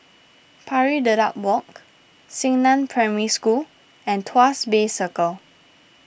Pari Dedap Walk Xingnan Primary School and Tuas Bay Circle